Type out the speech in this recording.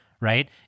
Right